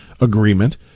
agreement